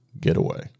getaway